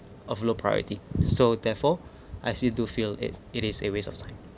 of low priority so therefore I still do feel it it is a waste of time